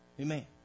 amen